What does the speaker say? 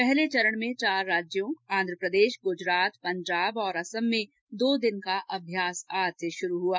पहले चरण में चार राज्यों आंध्र प्रदेश गुजरात पंजाब और असम में दो दिन का अभ्यास आज से शुरू हुआ